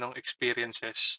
experiences